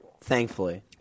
Thankfully